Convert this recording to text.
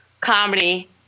comedy